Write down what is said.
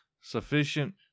Sufficient